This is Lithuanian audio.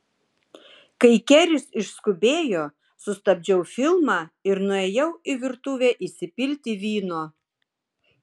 kai keris išskubėjo sustabdžiau filmą ir nuėjau į virtuvę įsipilti vyno